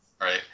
Right